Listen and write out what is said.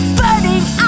burning